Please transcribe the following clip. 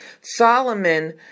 Solomon